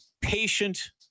patient